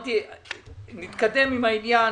אמרתי שנתקדם עם העניין.